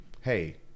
Hey